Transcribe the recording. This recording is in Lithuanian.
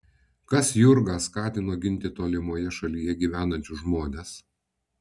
kas jurgą skatino ginti tolimoje šalyje gyvenančius žmones